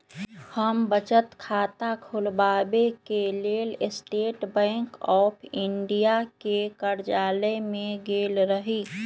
हम बचत खता ख़ोलबाबेके लेल स्टेट बैंक ऑफ इंडिया के कर्जालय में गेल रही